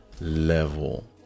level